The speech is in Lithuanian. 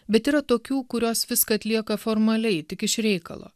bet yra tokių kurios viską atlieka formaliai tik iš reikalo